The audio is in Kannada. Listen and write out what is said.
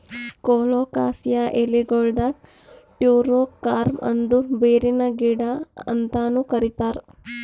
ಕೊಲೊಕಾಸಿಯಾ ಎಲಿಗೊಳಿಗ್ ಟ್ಯಾರೋ ಕಾರ್ಮ್ ಅಂದುರ್ ಬೇರಿನ ಗಿಡ ಅಂತನು ಕರಿತಾರ್